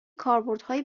کاربردهای